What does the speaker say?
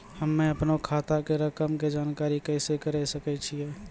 हम्मे अपनो खाता के रकम के जानकारी कैसे करे सकय छियै?